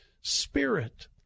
spirit